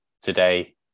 today